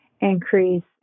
increase